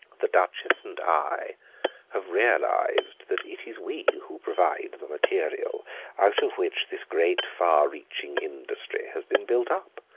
the duchess and i have realised that it is we who provide the material out of which this great far-reaching industry has been built up.